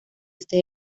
este